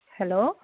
hello